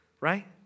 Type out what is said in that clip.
right